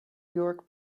york